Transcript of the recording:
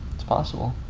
it's possible.